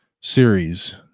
series